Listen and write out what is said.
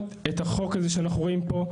בוועדת הפנים את החוק הזה שאנחנו רואים פה.